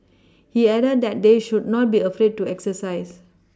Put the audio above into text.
he added that they should not be afraid to exercise